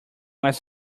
was